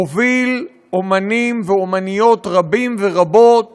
הוביל אמנים ואמניות רבים ורבות